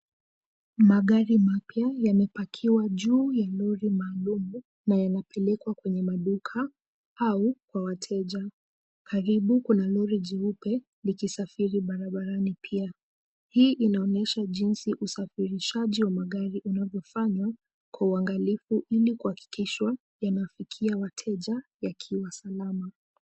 Magari mapya yamepakiwa juu ya lori maalum na yanapelekwa kwenye maduka au kwa wateja. Karibu kuna lori jeupe likisafiri barabarani pia. Hii inaonyesha jinsi usafirishaji wa magari unavyofanywa kwa uangalifu, ili kuhakikisha yanafikia wateja yakiwa salama.